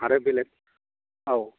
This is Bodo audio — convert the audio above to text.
आरो बेलेग औ